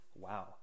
wow